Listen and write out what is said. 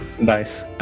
Nice